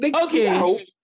okay